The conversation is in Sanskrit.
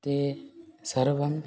ते सर्वम्